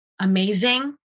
amazing